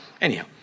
Anyhow